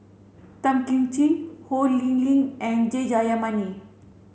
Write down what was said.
Tan Kim Ching Ho Lee Ling and J Jayamani